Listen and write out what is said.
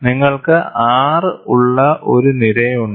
നിങ്ങൾക്ക് R ഉള്ള ഒരു നിരയുണ്ട്